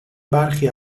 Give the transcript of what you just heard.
برخی